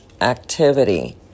activity